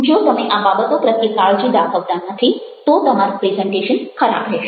જો તમે આ બાબતો પ્રત્યે કાળજી દાખવતા નથી તો તમારું પ્રેઝન્ટેશન ખરાબ રહેશે